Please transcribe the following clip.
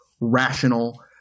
rational